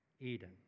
Eden